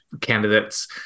candidates